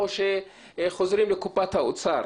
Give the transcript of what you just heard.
או שחוזרים לקופת האוצר.